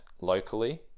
locally